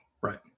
right